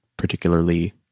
particularly